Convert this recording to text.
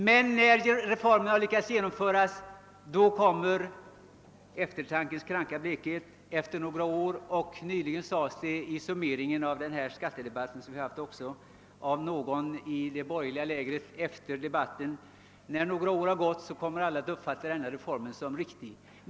Men när vi har lyckats genomföra reformerna, kommer eftertankens kranka blekhet efter några år. Nyligen sades det i summeringen av den skattedebatt vi haft av någon i det borgerliga lägret: När några år har gått kommer alla att uppfatta denna reform som riktig.